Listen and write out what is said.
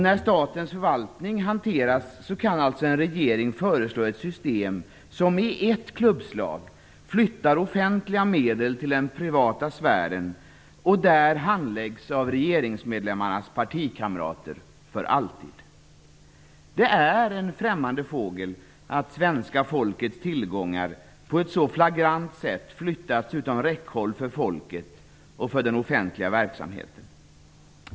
När statens förvaltning behandlas kan alltså en regering föreslå ett system som i ett klubbslag flyttar offentliga medel till den privata sfären, vilka där handläggs av regeringsmedlemmarnas partikamrater för alltid. Det är en främmande fågel att svenska folkets tillgångar på ett så flagrant sätt flyttats utom räckhåll för folket och för den offentliga verksamheten.